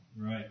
Right